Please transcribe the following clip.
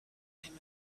him